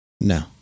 No